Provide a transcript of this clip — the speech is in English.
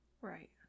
Right